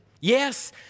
Yes